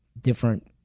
different